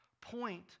point